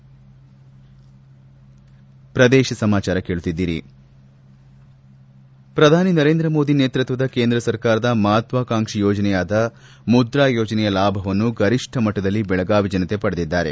ಆಕಾಶವಾಣಿಯಿಂದ ಪ್ರದೇಶ ಸಮಾಚಾರ ಕೇಳುತ್ತಿದ್ದೀರಿ ಪ್ರಧಾನಿ ನರೇಂದ್ರ ಮೋದಿ ನೇತೃತ್ವದ ಕೇಂದ್ರ ಸರ್ಕಾರದ ಮಹತ್ವಾಕಾಂಕ್ಷಿ ಯೋಜನೆಯಾದ ಮುದ್ರಾ ಯೋಜನೆಯ ಲಾಭವನ್ನು ಗರಿಷ್ಠ ಮಟ್ಟದಲ್ಲಿ ದೆಳಗಾವಿ ಜನತೆ ಪಡೆದಿದ್ದಾರೆ